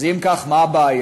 אז אם כך, מה הבעיה?